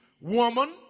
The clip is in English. Woman